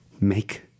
make